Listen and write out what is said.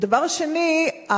והדבר השני,